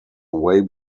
away